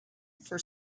for